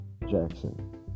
Jackson